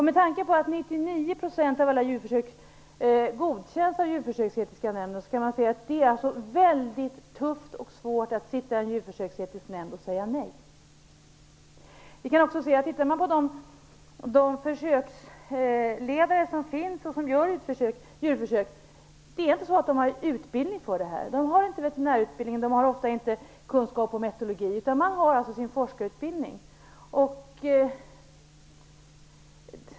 Med tanke på att 99 % av alla djurförsök godkäns av Djurförsöksetiska nämnden är det väldigt tufft och svårt att sitta i en sådan nämnd och säga nej till djurförsök. De försöksledare som utför djurförsök har inte utbildning för detta. De har inte veterinärutbildning och ofta inte kunskap om etologi, utan de har sin forskarutbildning.